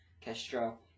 Castro